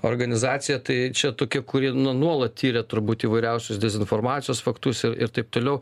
organizacija tai čia tokia kuri nuolat tiria turbūt įvairiausius dezinformacijos faktus ir ir taip toliau